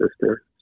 sister